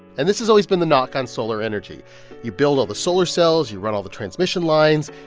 and this has always been the knock on solar energy you build all the solar cells, you run all the transmission lines,